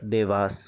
Dewas